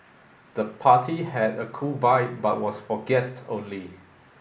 the party had a cool vibe but was for guests only